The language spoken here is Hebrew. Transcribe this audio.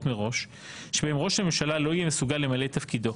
מראש אם ראש הממשלה לא יהיה מסוגל למלא את תפקידו.